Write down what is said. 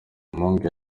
umuhungu